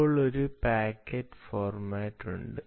അപ്പോൾ ഒരു packet format ഉണ്ട്